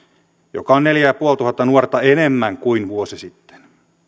joka on neljätuhattaviisisataa nuorta enemmän kuin vuosi sitten